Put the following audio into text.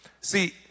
See